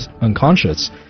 unconscious